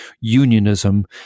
unionism